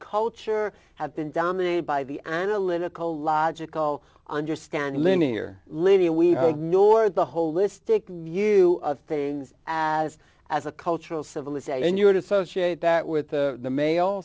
culture have been dominated by the analytical logical understand linear linear we ignore the holistic view of things as as a cultural civilization you would associate that with the male